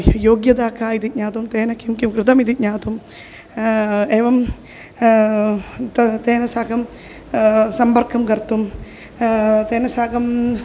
योग्यता का इति ज्ञातुं तेन किं किं कृतमिति ज्ञातुम् एवं तद् तेन साकं सम्पर्कं कर्तुं तेन साकम्